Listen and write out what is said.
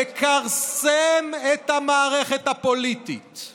לכרסם את המערכת הפוליטית;